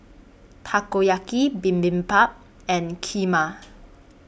Takoyaki Bibimbap and Kheema